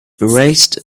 erased